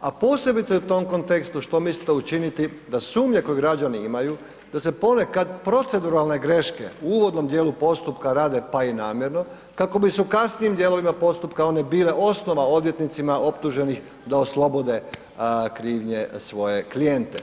a posebice u tom kontekstu što mislite učiniti da sumnje koje građani imaju da se ponekad proceduralne greške u uvodnom dijelu postupka rade pa i namjerno kako bi se u kasnijim dijelovima postupka one bile osnova odvjetnicima optuženih da oslobode krivnje svoje klijente?